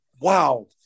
wow